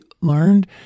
learned